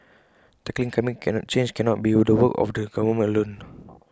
tackling climate change cannot be the work of the government alone